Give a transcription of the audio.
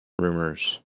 Rumor's